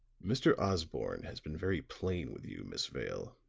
mr. osborne has been very plain with you, miss vale,